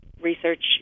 research